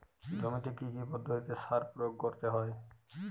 জমিতে কী কী পদ্ধতিতে সার প্রয়োগ করতে হয়?